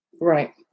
Right